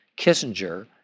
Kissinger